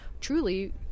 truly